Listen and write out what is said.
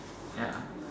ya